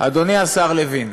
אדוני השר לוין,